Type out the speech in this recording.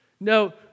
no